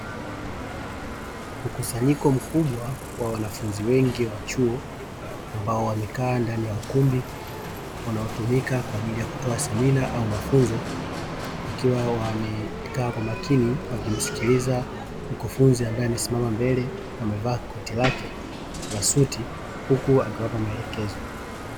Mkusanyiko mkubwa wa wanafunzi wengi wa chuo ambao wamekaa ndani ya ukumbi unaotumika kwaajili ya kutoa semina au mafunzo, wakiwa wamekaa kwa makini wakimsikiliza mkufunzi ambaye amesimama mbele amevaa koti lake la suti huku akiwapa maelekezo.